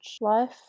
life